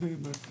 הנושא של